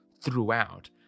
throughout